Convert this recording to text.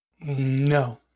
No